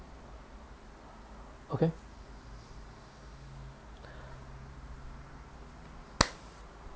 okay